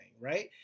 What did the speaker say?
right